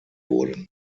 wurden